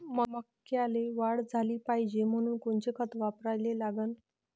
मक्याले वाढ झाली पाहिजे म्हनून कोनचे खतं वापराले लागन?